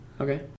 Okay